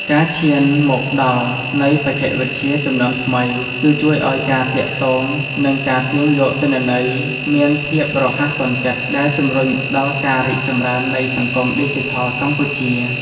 ការឈានមកដល់នៃបច្ចេកវិទ្យាជំនាន់ថ្មី គឺ ជួយឱ្យការទាក់ទង និង ការទាញយកទិន្នន័យមានភាពរហ័សទាន់ចិត្ត ដែលជម្រុញដល់ការរីកចម្រើននៃសង្គមឌីជីថលកម្ពុជា។